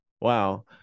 Wow